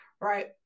right